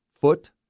foot